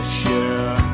share